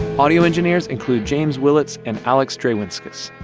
audio engineers include james willits and alex drewinzkis.